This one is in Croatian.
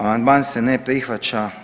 Amandman se ne prihvaća.